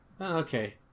okay